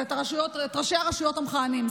את ראשי הרשויות המכהנים.